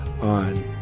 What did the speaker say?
on